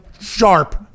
sharp